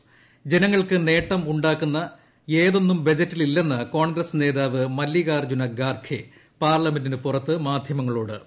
്ജനങ്ങൾക്ക് നേട്ടമുണ്ടാക്കുന്ന യാതൊന്നും ബ്ജറ്റീലില്ലെന്ന് കോൺഗ്രസ് നേതാവ് മല്ലാകാർജ്ജുന ഖാർഗെ പാർലമെന്റിന് പുറത്ത് മാധ്യമങ്ങളോട് പറഞ്ഞു